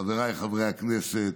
חבריי חברי הכנסת,